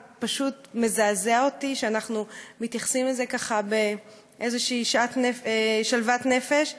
זה פשוט מזעזע אותי שאנחנו מתייחסים לזה באיזושהי שלוות נפש.